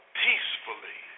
peacefully